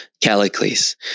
Callicles